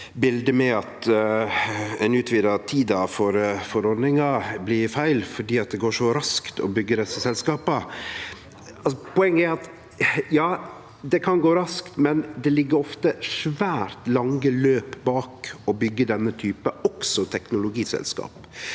med at det at ein utvidar tida for ordninga blir feil, fordi det går så raskt å byggje desse selskapa. Poenget er: Ja, det kan gå raskt, men det ligg ofte svært lange løp bak å byggje denne typen – også – teknologiselskap.